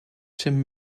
jim